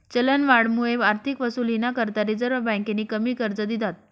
चलनवाढमुये आर्थिक वसुलीना करता रिझर्व्ह बँकेनी कमी कर्ज दिधात